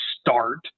start